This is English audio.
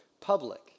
public